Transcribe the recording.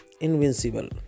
invincible